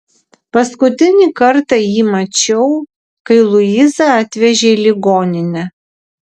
paskutinį kartą jį mačiau kai luizą atvežė į ligoninę